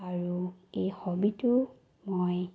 আৰু এই হবিটো মই